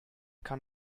kann